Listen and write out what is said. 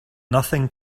nothing